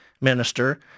Minister